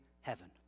heaven